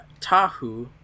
Tahu